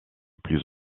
plus